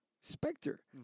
Spectre